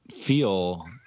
feel